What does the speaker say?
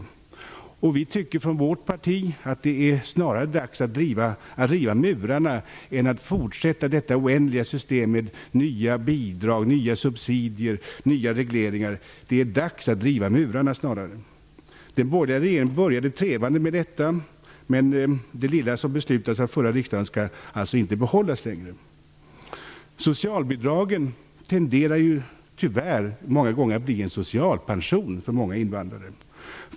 Vårt parti tycker att det snarare är dags att riva murarna än att fortsätta detta oändliga system med nya bidrag, nya subsidier och nya regleringar. Den borgerliga regeringen började trevande med detta, men det lilla som beslutades av den förra riksdagen skall alltså inte längre gälla. Socialbidragen tenderar ju tyvärr att många gånger bli en socialpension för många invandrare.